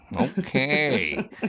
Okay